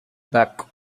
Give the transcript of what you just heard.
back